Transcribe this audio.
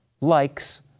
likes